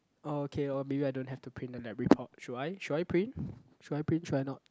okay or maybe I don't have to print the lab report should I should I print should I print should I not